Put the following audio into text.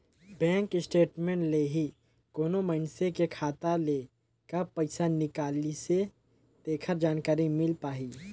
bank statement ले ही कोनो मइनसे के खाता ले कब पइसा निकलिसे तेखर जानकारी मिल पाही